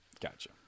gotcha